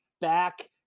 back